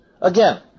Again